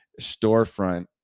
storefront